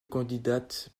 candidates